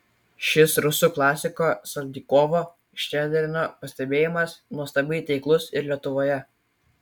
šis rusų klasiko saltykovo ščedrino pastebėjimas nuostabiai taiklus ir lietuvoje